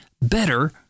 better